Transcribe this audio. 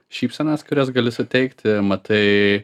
šypsenas kurias gali suteikti matai